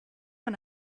man